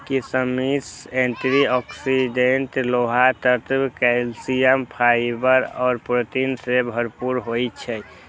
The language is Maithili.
किशमिश एंटी ऑक्सीडेंट, लोह तत्व, कैल्सियम, फाइबर आ प्रोटीन सं भरपूर होइ छै